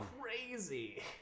crazy